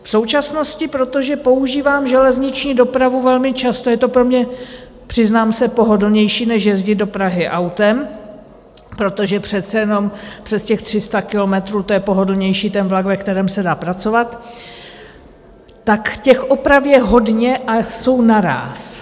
V současnosti, protože používám železniční dopravu velmi často je to pro mě, přiznám se, pohodlnější než jezdit do Prahy autem, protože přece jenom přes těch 300 kilometrů to je pohodlnější, ten vlak, ve kterém se dá pracovat těch oprav je hodně a jsou naráz.